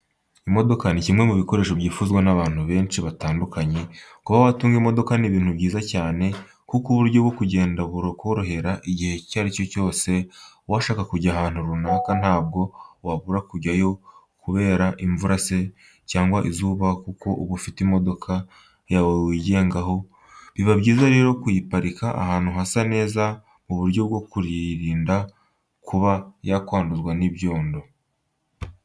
Imodoka ni kimwe mu bintu byifuzwa n'abantu benshi batandukanye, kuba watunga imodoka ni ibintu byiza cyane kuko uburyo bwo kugenda burakorohera igihe icyo ari cyo cyose washaka kujya ahantu runaka ntabwo wabura kujyayo kubera imvura se cyangwa izuba kuko uba ufite imodoka yawe wigengaho, biba byiza rero kuyiparika ahantu hasa neza mu buryo bwo kuyirinda kuba yakwanduzwa n'ibyondo.